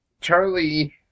Charlie